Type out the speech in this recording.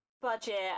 budget